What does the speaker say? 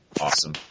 Awesome